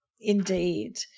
Indeed